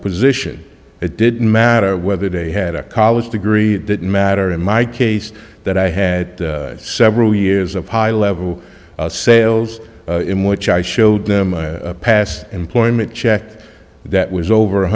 position it didn't matter whether they had a college degree didn't matter in my case that i had several years of high level sales in which i showed them a past employment checked that was over